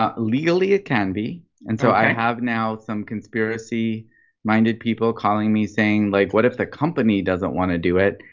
ah legally it can be and so i have now some conspiracy minded people calling me saying like what if the company doesn't want to do it,